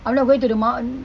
I'm not going to the ma~